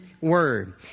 word